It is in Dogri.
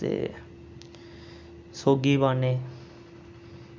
ते सौंगी पान्ने